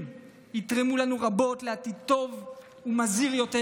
יתרמו לנו רבות לעתיד טוב ומזהיר יותר,